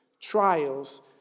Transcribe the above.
trials